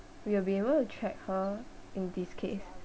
we will be able to track her in this case